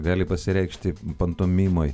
gali pasireikšti pantomimoj